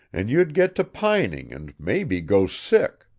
and you'd get to pining and maybe go sick.